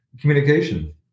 communication